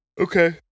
Okay